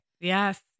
Yes